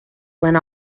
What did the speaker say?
went